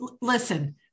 listen